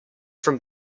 from